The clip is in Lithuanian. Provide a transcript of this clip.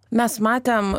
mes matėm